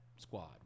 Squad